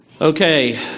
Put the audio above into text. Okay